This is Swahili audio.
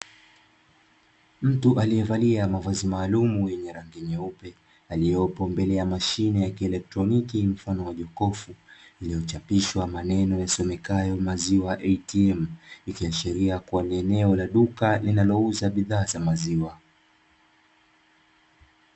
Mtu aliyevaalia mavazi maalumu yenye rangi nyeupe, aliopo mbele ya mashine ya kielektroniki mfano wa jokofu, lililochapishwa maneno yasomekayo "MAZIWA ATM", ikiashiria kuwa ni eneo la duka linalouza bidhaa za maziwa.